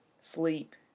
sleep